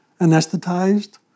anesthetized